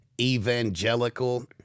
evangelical